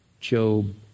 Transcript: Job